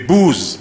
בבּוז,